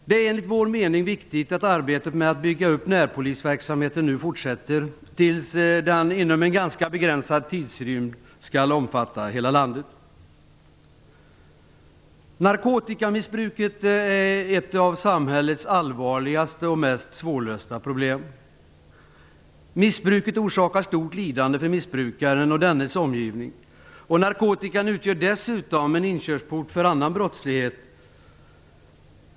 Det är enligt vår mening viktigt att arbetet med att bygga upp närpolisverksamheten fortsätter tills den inom en ganska begränsad tidsrymd omfattar hela landet. Narkotikamissbruket är ett av samhällets allvarligaste och mest svårlösta problem. Missbruket orsakar stort lidande för missbrukaren och dennes omgivning. Narkotikan utgör dessutom en inkörsport till annan brottslighet.